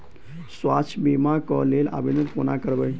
स्वास्थ्य बीमा कऽ लेल आवेदन कोना करबै?